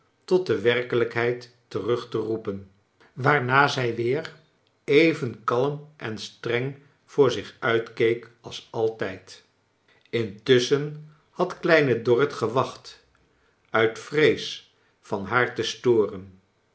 tot de werkelijkheid terug te roepen waarna zij weer even kalm en streng voor zich uitkeek als altijd intusschen had kleine dorrit gewacht uit vrees van haar te storen